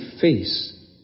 face